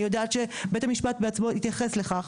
אני יודעת שבית המשפט בעצמו התייחס לכך.